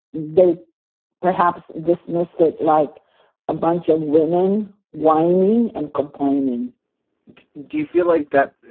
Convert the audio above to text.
they perhaps dismissed it like a bunch of women whining and complaining do you feel like that?